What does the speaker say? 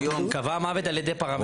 מי שקובע מוות נכון להיום הוא פרמדיק,